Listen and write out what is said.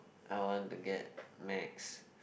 I want to get macs